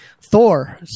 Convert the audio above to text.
Thor